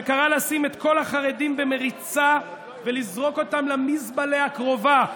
שקרא: לשים את כל החרדים במריצה ולזרוק אותם למזבלה הקרובה,